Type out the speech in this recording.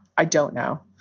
i don't know.